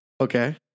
Okay